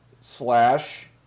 slash